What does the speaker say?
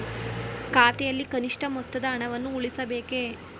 ಖಾತೆಯಲ್ಲಿ ಕನಿಷ್ಠ ಮೊತ್ತದ ಹಣವನ್ನು ಉಳಿಸಬೇಕೇ?